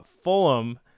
Fulham